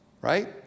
right